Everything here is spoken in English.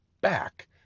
back